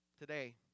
Today